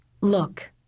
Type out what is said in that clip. Look